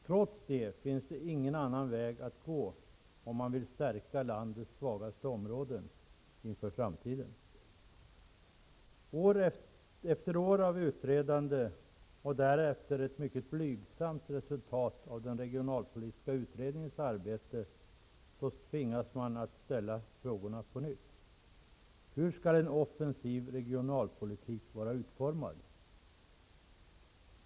Trots detta finns ingen annan väg att gå om man vill stärka landets svagaste områden inför framtiden. Efter år av utredande och därefter ett mycket blygsamt resultat av den regionalpolitiska utredningens arbete tvingas man ställa frågorna på nytt. Hur skall en offensiv regionalpolitik vara utformad?